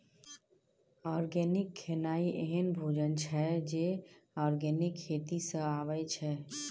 organic खेनाइ एहन भोजन छै जे आर्गेनिक खेती सँ अबै छै